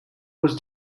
was